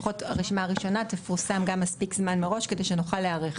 לפחות הרשימה הראשונה תפורסם מספיק זמן מראש כדי שנוכל להיערך.